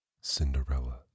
Cinderella